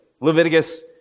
Leviticus